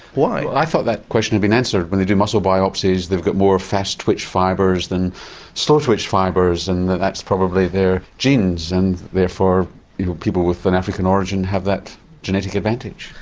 why? well i thought that question had been answered, when they do muscle biopsies they have got more fast twitch fibres than slow twitch fibres and that's probably their genes and therefore people with an african origin have that genetic advantage.